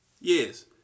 Yes